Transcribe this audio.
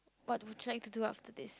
but would you like to do after this